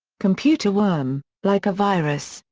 computer worm like a virus,